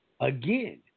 again